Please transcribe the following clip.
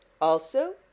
Also